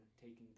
taking